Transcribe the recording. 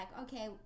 okay